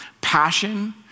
passion